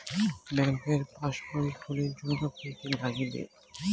ব্যাঙ্কের পাসবই খুলির জন্যে কি কি নাগিবে?